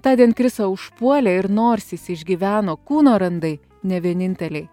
tądien krisą užpuolė ir nors jis išgyveno kūno randai ne vieninteliai